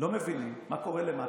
מה קורה למטה.